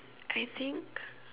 I think